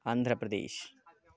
आन्ध्रप्रदेशः